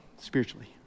spiritually